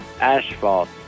asphalt